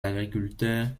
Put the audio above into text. agriculteurs